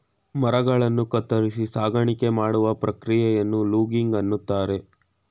ಮರಗಳನ್ನು ಕತ್ತರಿಸಿ ಸಾಗಾಣಿಕೆ ಮಾಡುವ ಪ್ರಕ್ರಿಯೆಯನ್ನು ಲೂಗಿಂಗ್ ಅಂತರೆ